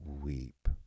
weep